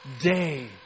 day